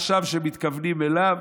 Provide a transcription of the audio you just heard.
כשהמן חשב שמתכוונים אליו,